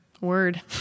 Word